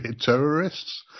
terrorists